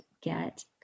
get